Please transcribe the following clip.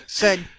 Good